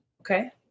Okay